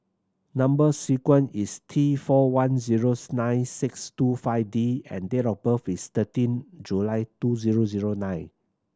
number sequence is T four one zeros nine six two five D and date of birth is thirteen July two zero zero nine